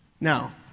Now